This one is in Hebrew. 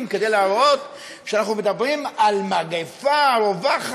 כדי להראות שאנחנו מדברים על מגפה רווחת,